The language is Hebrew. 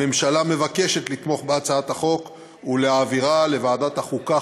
הממשלה מבקשת לתמוך בהצעת החוק ולהעבירה לוועדת החוקה,